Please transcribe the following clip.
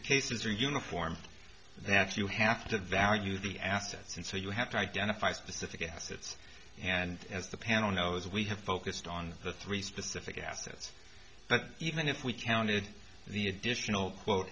the cases are uniform that you have to value the assets and so you have to identify specific assets and as the panel knows we have focused on the three specific assets but even if we counted the additional quote